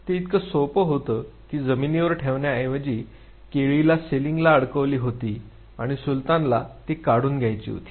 ते इतके सोपं होतं की जमिनीवर ठेवण्या ऐवजी केळीला सिलिंगला अडकवली होती आणि सुलतानला ती काढून घ्यायची होती